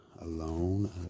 alone